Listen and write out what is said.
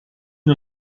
une